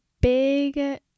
big